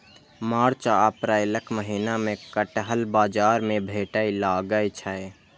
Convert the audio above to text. मार्च आ अप्रैलक महीना मे कटहल बाजार मे भेटै लागै छै